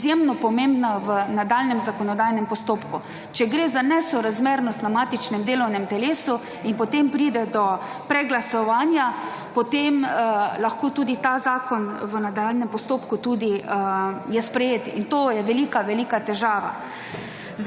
izjemno pomembna v nadaljnjem zakonodajnem postopku. Če gre za nesorazmernost na matičnem delovnem telesu in potem pride do preglasovanja, potem lahko ta zakon v nadaljnjem postopku tudi je sprejet in to je velika, velika težava.